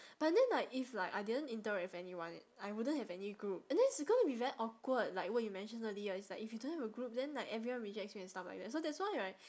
but then like if like I didn't interact with anyone I wouldn't have any group and then it's going to be very awkward like what you mention earli~ it's like if you don't have a group then like everyone rejects you and stuff like that so that's why right